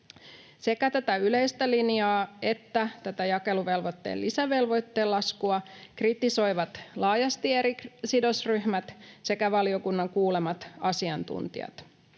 Sekä tätä yleistä linjaa että tätä jakeluvelvoitteen lisävelvoitteen laskua kritisoivat laajasti eri sidosryhmät sekä valiokunnan kuulemat asiantuntijat.